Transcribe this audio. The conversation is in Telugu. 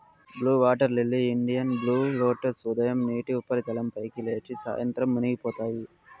blue water lily, Indian blue lotus ఉదయం నీటి ఉపరితలం పైకి లేచి, సాయంత్రం మునిగిపోతాయి